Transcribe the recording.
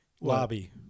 lobby